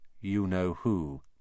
you-know-who